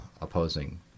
opposing